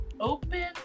open